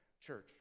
church